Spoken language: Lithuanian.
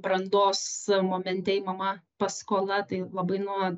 brandos momente imama paskola tai labai nuo